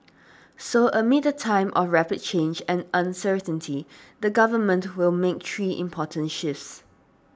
so amid a time of rapid change and uncertainty the Government will make three important shifts